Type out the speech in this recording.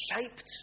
shaped